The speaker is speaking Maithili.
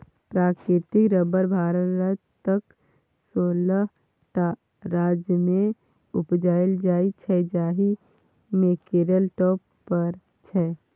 प्राकृतिक रबर भारतक सोलह टा राज्यमे उपजाएल जाइ छै जाहि मे केरल टॉप पर छै